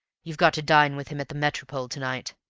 you've got to dine with him at the metropole to-night!